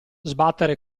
sbattere